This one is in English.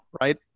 right